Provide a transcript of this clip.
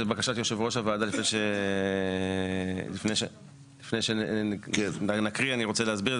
זו בקשת יושב ראש הוועדה לפני שנקריא אני רוצה להסביר,